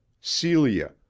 celia